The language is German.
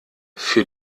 für